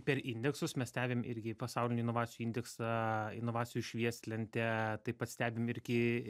per indeksus mes stebim irgi pasaulinį inovacijų indeksą inovacijų švieslentę taip pat stebim irgi